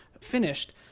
finished